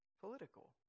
political